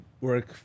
work